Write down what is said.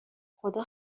خدا